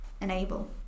enable